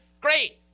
Great